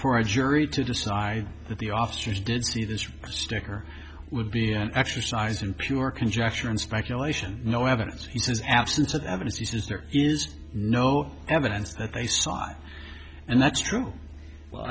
for a jury to decide that the officers did see this sticker would be an exercise in pure conjecture and speculation no evidence he says absence of evidence he says there is no evidence that they saw and that's true well